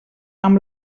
amb